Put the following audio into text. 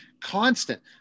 constant